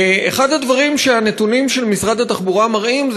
אחד הדברים שהנתונים של משרד התחבורה מראים הוא